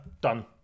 done